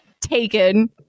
taken